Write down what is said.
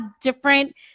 different